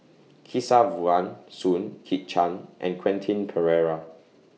Kesavan Soon Kit Chan and Quentin Pereira